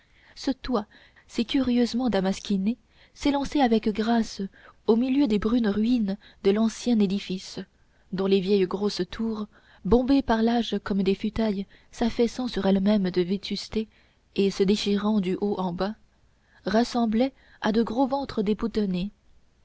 ce toit si curieusement damasquiné s'élançait avec grâce du milieu des brunes ruines de l'ancien édifice dont les vieilles grosses tours bombées par l'âge comme des futailles s'affaissant sur elles-mêmes de vétusté et se déchirant du haut en bas ressemblaient à de gros ventres déboutonnés